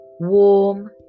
warm